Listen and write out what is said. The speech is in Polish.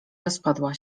rozpadła